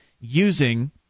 using